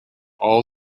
all